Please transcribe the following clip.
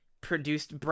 produced